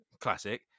classic